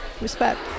respect